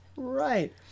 Right